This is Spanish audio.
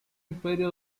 imperio